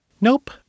Nope